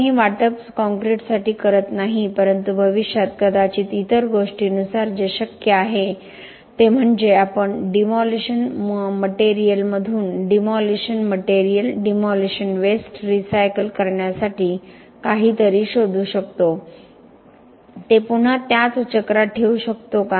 आपण हे वाटप काँक्रीटसाठी करत नाही परंतु भविष्यात कदाचित इतर गोष्टींनुसार जे शक्य आहे ते शक्य आहे ते म्हणजे आपण डिमॉलिशन मटेरिअलमधून demolition material demolition waste recycle करण्यासाठी काहीतरी शोधू शकतो ते पुन्हा त्याच चक्रात ठेवू शकतो का